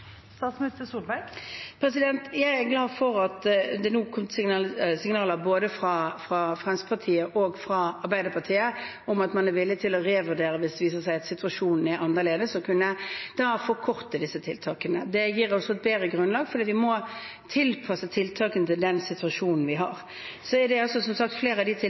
Jeg er glad for at det nå er kommet signaler fra både Fremskrittspartiet og Arbeiderpartiet om at man er villige til å revurdere hvis det viser seg at situasjonen er annerledes, og at man da kan forkorte disse tiltakene. Det gir oss et bedre grunnlag, for vi må tilpasse tiltakene den situasjonen vi har. Det er som sagt flere av tiltakene som er fremmet av flertallet, som allerede var på listen over tiltak som vi jobber med til